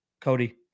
Cody